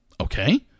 Okay